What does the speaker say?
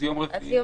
אז יום רביעי.